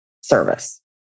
Service